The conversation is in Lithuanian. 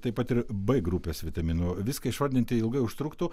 taip pat ir b grupės vitaminų viską išvardinti ilgai užtruktų